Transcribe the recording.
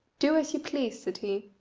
do as you please, said he,